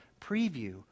preview